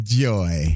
joy